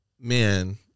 man